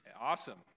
Awesome